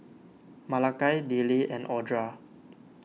Malakai Dillie and Audra